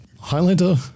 Highlander